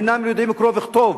אינם יודעים קרוא וכתוב,